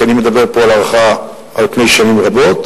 כי אני מדבר פה על הערכה על פני שנים רבות,